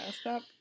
stop